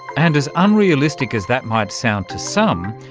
and as unrealistic as that might sound to some,